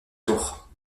tour